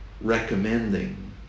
recommending